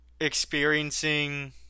experiencing